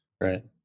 right